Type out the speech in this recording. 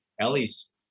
ellie's